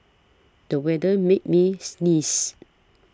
the weather made me sneeze